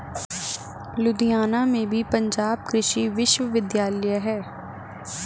लुधियाना में भी पंजाब कृषि विश्वविद्यालय है